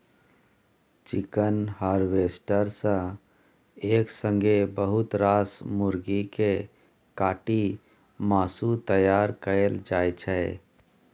chicken harvester सँ एक संगे बहुत रास मुरगी केँ काटि मासु तैयार कएल जाइ छै